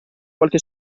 qualche